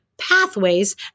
pathways